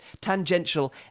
tangential